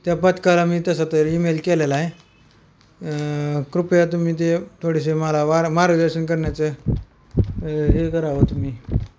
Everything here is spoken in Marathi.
त्या पथकाला मी तसं तर ईमेल केलेला आहे कृपया तुम्ही ते थोडेसे मला वार मार्गदर्शन करण्याचं हे करावं तुम्ही